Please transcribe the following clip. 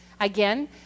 Again